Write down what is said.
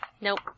Nope